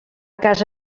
casa